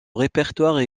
répertoire